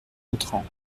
entrant